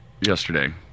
yesterday